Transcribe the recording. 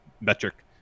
metric